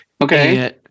okay